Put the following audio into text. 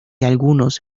algunos